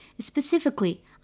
Specifically